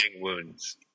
wounds